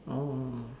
orh